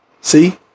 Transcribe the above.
See